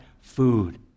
food